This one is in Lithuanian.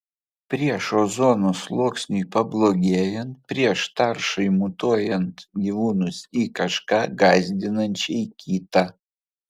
prieš ozono sluoksniui pablogėjant prieš taršai mutuojant gyvūnus į kažką gąsdinančiai kitą